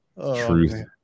Truth